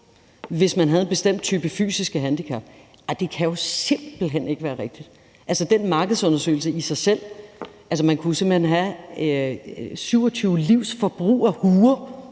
hvis man havde en bestemt type fysiske handicap. Det kan jo simpelt hen ikke være rigtigt. Altså, den markedsundersøgelse i sig selv – man kunne jo simpelt hen have 27 livs forbrug af huer